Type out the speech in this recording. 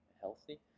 healthy